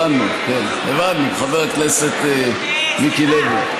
הבנו, חבר הכנסת מיקי לוי.